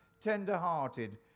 tender-hearted